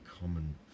common